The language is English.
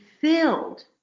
filled